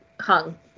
hung